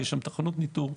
יש שם תחנות ניטור.